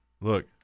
look